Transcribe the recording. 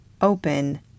open